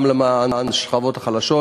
גם למען השכבות החלשות.